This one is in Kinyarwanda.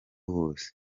hose